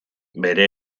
bere